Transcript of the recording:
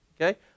Okay